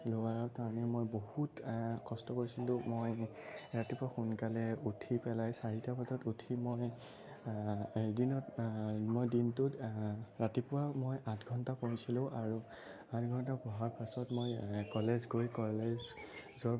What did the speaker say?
লোৱাৰ কাৰণে মই বহুত কষ্ট কৰিছিলোঁ মই ৰাতিপুৱা সোনকালে উঠি পেলাই চাৰিটা বজাত উঠি মই দিনত মই দিনটোত ৰাতিপুৱা মই আঠ ঘণ্টা পঢ়িছিলোঁ আৰু আঠ ঘণ্টা পঢ়াৰ পাছত মই কলেজ গৈ কলেজৰ